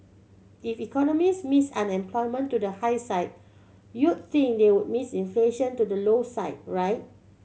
if economists missed unemployment to the high side you'd think they would miss inflation to the low side right